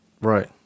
Right